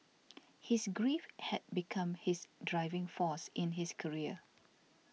his grief had become his driving force in his career